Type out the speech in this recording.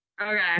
Okay